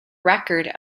record